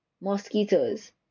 mosquitoes